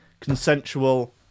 consensual